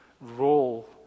role